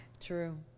True